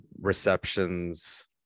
receptions